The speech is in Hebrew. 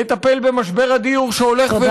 לטפל במשבר הדיור, שהולך, תודה רבה.